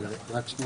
הישיבה ננעלה בשעה